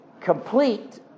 complete